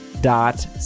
dot